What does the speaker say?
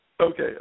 Okay